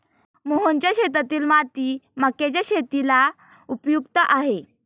मोहनच्या शेतातील माती मक्याच्या शेतीला उपयुक्त आहे